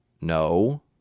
No